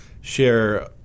share